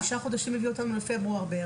תשעה חודשים מביאים אותנו בערך לפברואר,